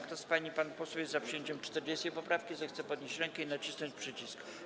Kto z pań i panów posłów jest za przyjęciem 40. poprawki, zechce podnieść rękę i nacisnąć przycisk.